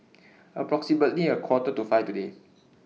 approximately A Quarter to five today